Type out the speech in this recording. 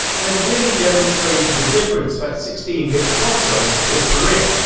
and really demonstrated the difference that sixteen bit consoles could bring.